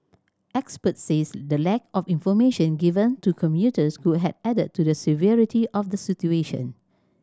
experts says the lack of information given to commuters could have added to the severity of the situation